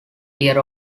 year